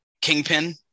Kingpin